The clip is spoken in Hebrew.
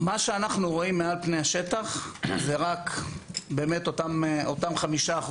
מה שאנחנו רואים מעל פני השטח זה רק אותם 5%,